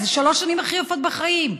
זה שלוש השנים הכי יפות בחיים.